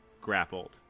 grappled